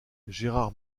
gérard